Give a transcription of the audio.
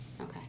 Okay